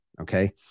okay